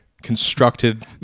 Constructed